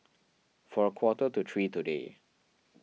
for a quarter to three today